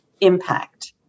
impact